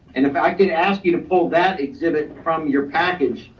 and if i could ask you to pull that exhibit from your package,